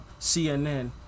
CNN